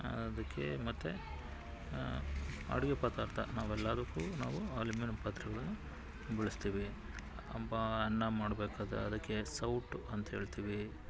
ಅದಕ್ಕೆ ಮತ್ತೆ ಅಡುಗೆ ಪದಾರ್ಥ ನಾವೆಲ್ಲಾದಕ್ಕೂ ನಾವು ಅಲ್ಯುಮಿನಿಯಂ ಪಾತ್ರೆಗಳನ್ನ ಬಳಸ್ತೀವಿ ಅನ್ನ ಮಾಡ್ಬೇಕಾದರೆ ಅದಕ್ಕೆ ಸೌಟು ಅಂತ ಹೇಳ್ತೀವಿ